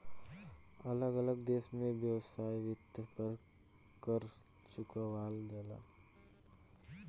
अलग अलग देश में वेश्यावृत्ति पर कर चुकावल जाला